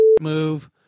move